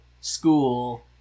school